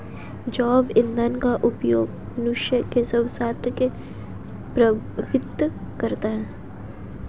जैव ईंधन का उपयोग मनुष्य के स्वास्थ्य को प्रभावित करता है